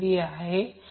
खरं तर सोडवा